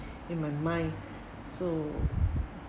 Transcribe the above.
in my mind so